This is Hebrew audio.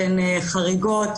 שהן חריגות,